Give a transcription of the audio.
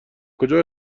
کجا